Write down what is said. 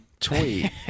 Tweet